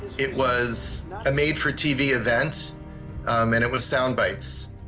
it was a made-for-tv event, um, and it was sound bites.